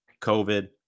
COVID